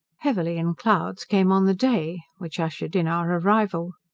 heavily in clouds came on the day which ushered in our arrival.